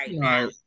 right